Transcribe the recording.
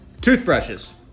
toothbrushes